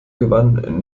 gewann